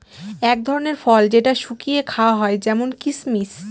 এক ধরনের ফল যেটা শুকিয়ে খাওয়া হয় যেমন কিসমিস